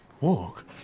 Walk